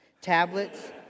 tablets